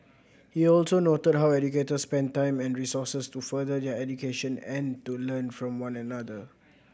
he also noted how educators spend time and resources to further their education and to learn from one another